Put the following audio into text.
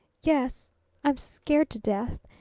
yes i'm scared to death!